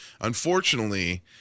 Unfortunately